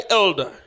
elder